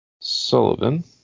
Sullivan